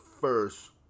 first